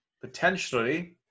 potentially